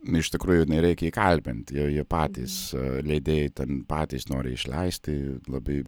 iš tikrųjų nereikia įkalbint jau jie patys leidėjai ten patys nori išleisti labai